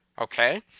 okay